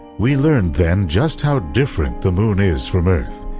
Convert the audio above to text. we learned then just how different the moon is from earth,